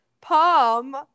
Palm